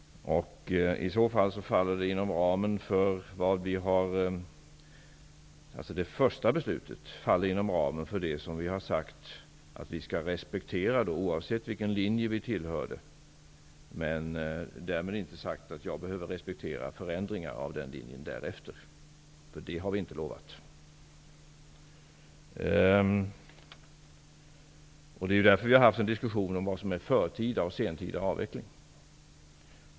Det första beslutet faller inom ramen för det som vi har sagt att vi skall respektera, oavsett vilken linje vi tillhörde. Därmed inte sagt att jag behöver respektera förändringar av den linjen därefter. Det har vi inte lovat. Det är ju därför som vi har haft en diskussion om vad som menas med förtida resp. sentida avveckling.